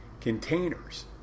containers